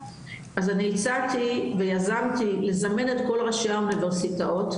אז אני הצעתי ויזמתי לזמן את כל ראשי האוניברסיטאות,